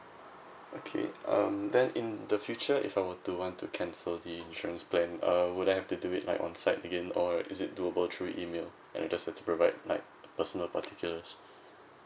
okay um then in the future if I were to want to cancel the insurance plan um would I have to do it like on site again or is it doable through email and I just have to provide like personal particulars